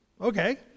Okay